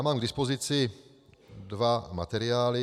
Mám k dispozici dva materiály.